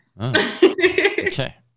Okay